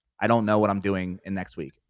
i don't know what i'm doing and next week.